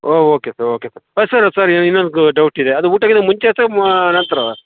ಓ okay sir okay sir sir ಇನ್ನೊಂದು ಡೌಟಿದೆ ಅದು ಊಟಕ್ಕಿಂತ ಮುಂಚೆ ಅಥ್ವಾ ನಂತರ